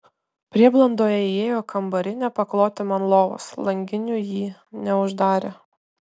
prieblandoje įėjo kambarinė pakloti man lovos langinių jį neuždarė